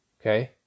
Okay